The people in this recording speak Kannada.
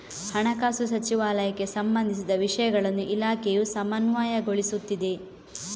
ಹಣಕಾಸು ಸಚಿವಾಲಯಕ್ಕೆ ಸಂಬಂಧಿಸಿದ ವಿಷಯಗಳನ್ನು ಇಲಾಖೆಯು ಸಮನ್ವಯಗೊಳಿಸುತ್ತಿದೆ